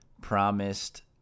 promised